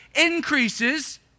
increases